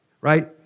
right